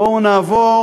בואו ונעבור